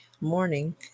morning